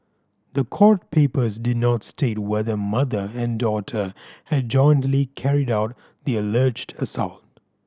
the court papers did not state whether mother and daughter had jointly carried out the alleged assault